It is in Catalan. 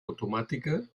automàtica